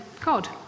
God